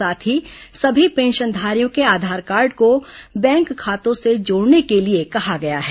साथ ही सभी पेंशनधारियों के आधार कार्ड को बैंक खातों से जोड़ने के लिए कहा है